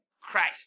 Christ